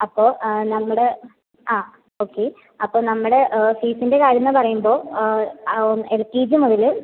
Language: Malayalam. അപ്പോ നമ്മുടെ ആ ഓക്കെ അപ്പം നമ്മുടെ ഫീസിൻ്റെ കാര്യങ്ങൾന്ന് പറയുമ്പോൾ ആ എൽ കെ ജി മുതല്